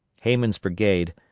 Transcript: hayman's brigade,